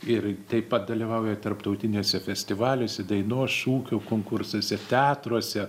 ir taip pat dalyvauja tarptautiniuose festivaliuose dainos šūkio konkursuose teatruose